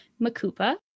Makupa